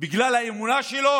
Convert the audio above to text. בגלל האמונה שלו?